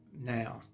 now